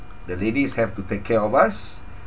the ladies have to take care of us